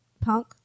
punk